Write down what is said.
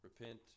repent